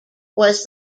was